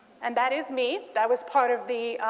and that is me. that was part of the